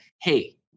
hey